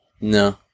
No